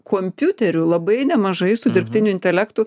kompiuteriu labai nemažai su dirbtiniu intelektu